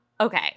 okay